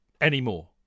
anymore